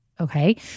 Okay